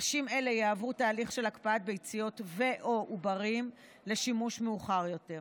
נשים אלה יעברו תהליך של הקפאת ביציות ו/או עוברים לשימוש מאוחר יותר.